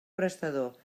prestador